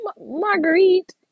Marguerite